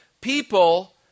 People